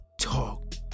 talk